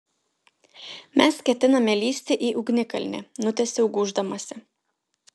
mes ketiname lįsti į ugnikalnį nutęsiau gūždamasi